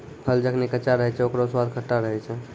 फल जखनि कच्चा रहै छै, ओकरौ स्वाद खट्टा रहै छै